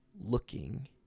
looking